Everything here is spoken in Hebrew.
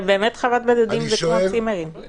אבל באמת חוות בודדים זה כמו צימרים.